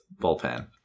bullpen